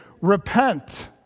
Repent